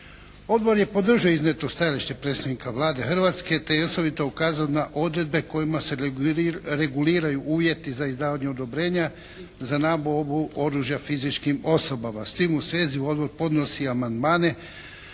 Odbor je podržao iznijeto stajalište predstavnika Vlade Republike Hrvatske te je osobito ukazao na odredbe kojima se reguliraju uvjeti za izdavanje odobrenja za nabavu oružja fizičkim osobama. S tim u svezi Odbor podnosi amandmane